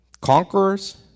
conquerors